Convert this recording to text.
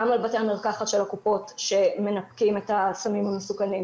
גם על בתי המרחקת של הקופות שמנפקים את הסמים המסוכנים,